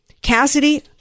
Cassidy